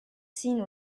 seen